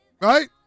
right